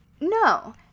No